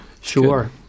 Sure